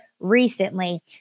recently